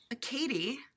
Katie